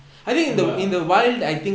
true lah